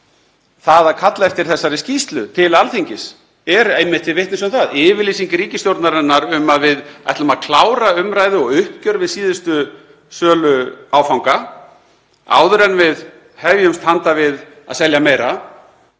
Það að kalla eftir þessari skýrslu til Alþingis er einmitt til vitnis um það. Yfirlýsing ríkisstjórnarinnar um að við ætlum að klára umræðu og uppgjör við síðasta söluáfanga áður en við hefjumst handa við að selja meira